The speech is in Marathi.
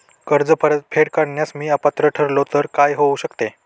कर्ज परतफेड करण्यास मी अपात्र ठरलो तर काय होऊ शकते?